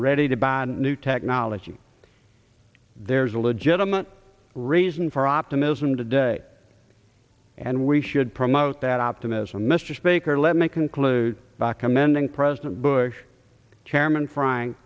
ready to buy new technology there's a legitimate reason for optimism today and we should promote that optimism mr speaker let me conclude by commending president bush chairman fr